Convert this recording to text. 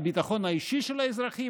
על הביטחון האישי של האזרחים,